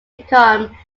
become